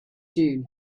dune